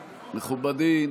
מכובדי,